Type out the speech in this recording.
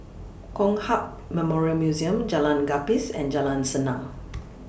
Kong Hiap Memorial Museum Jalan Gapis and Jalan Senang